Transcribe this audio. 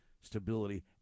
stability